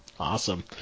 Awesome